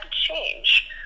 change